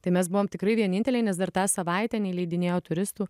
tai mes buvom tikrai vieninteliai nes dar tą savaitę neįleidinėjo turistų